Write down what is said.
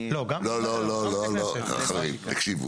לא, חברים, תקשיבו.